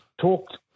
talked